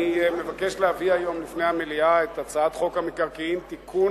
אני מבקש להביא היום בפני המליאה את הצעת חוק המקרקעין (תיקון,